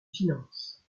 finances